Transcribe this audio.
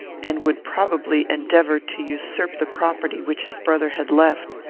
and would probably endeavour to usurp the property which his brother had left.